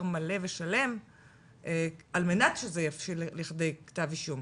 מלא ושלם על מנת שזה יבשיל לכדי כתב אישום.